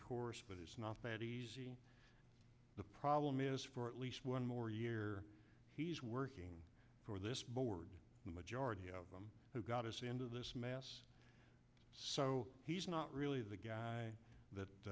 course but it's not bad easy the problem is for at least one more year he's working for this board the majority of them who got us into this mess so he's not really the guy